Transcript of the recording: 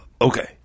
Okay